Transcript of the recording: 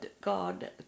God